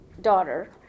daughter